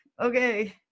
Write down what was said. okay